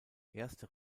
erste